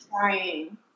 trying